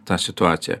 tą situaciją